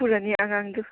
ꯐꯨꯔꯅꯤ ꯑꯉꯥꯡꯗꯨ